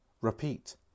Repeat